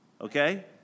Okay